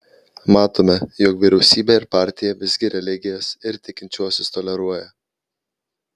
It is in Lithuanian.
matome jog vyriausybė ir partija visgi religijas ir tikinčiuosius toleruoja